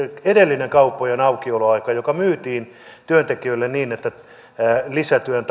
edellinen kauppojen aukioloaika myytiin työntekijöille niin että puhuttiin lisätyön